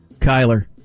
Kyler